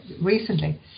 recently